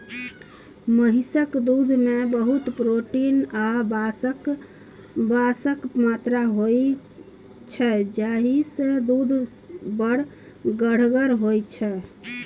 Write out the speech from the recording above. महिषक दुधमे बहुत प्रोटीन आ बसाक मात्रा होइ छै जाहिसँ दुध बड़ गढ़गर होइ छै